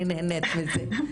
אני נהנית מזה.